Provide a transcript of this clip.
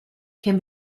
can